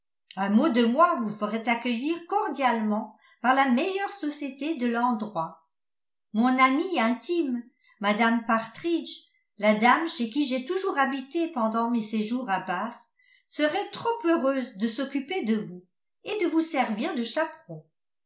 un mot de moi vous ferait accueillir cordialement par la meilleure société de l'endroit mon amie intime mme partridge la dame chez qui j'ai toujours habité pendant mes séjours à bath serait trop heureuse de s'occuper de vous et de vous servir de chaperon